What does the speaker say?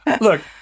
look